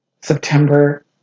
September